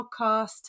podcast